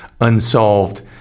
unsolved